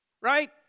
Right